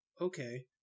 okay